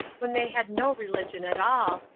when they had no religion at all,